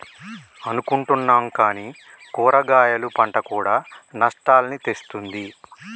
అనుకుంటున్నాం కానీ కూరగాయలు పంట కూడా నష్టాల్ని తెస్తుంది